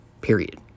Period